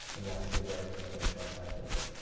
and that's a good way of putting it into our calculator.